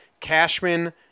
Cashman